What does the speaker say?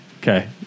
Okay